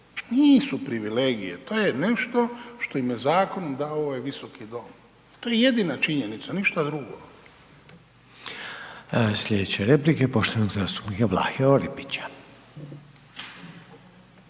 Nisu privilegije, to je nešto što im je zakonom dao ovaj Visoki dom. To je jedina činjenica, ništa drugo.